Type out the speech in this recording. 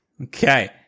Okay